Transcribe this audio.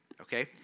okay